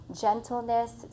gentleness